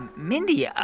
and mindy, yeah